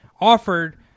offered